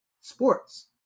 Sports